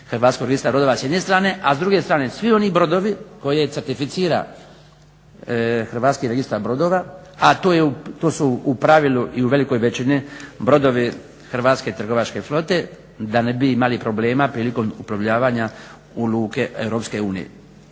Hrvatskog registra brodova s jedne strane a s druge strane svi oni brodovi koje certificira Hrvatski registar brodova a to su u pravilu i u velikoj većini brodovi hrvatske trgovačke flote da ne bi imali problema prilikom uplovljavanja u luke Europske unije.